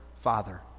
Father